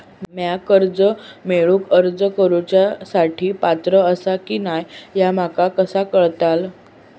म्या कर्जा मेळाक अर्ज करुच्या साठी पात्र आसा की नसा ह्या माका कसा कळतल?